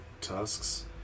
tusks